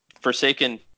Forsaken